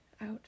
out